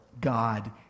God